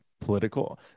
political